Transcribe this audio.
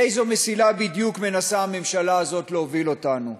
על איזו מסילה בדיוק מנסה הממשלה הזאת להוביל אותנו?